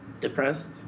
depressed